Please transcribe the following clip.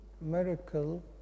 miracle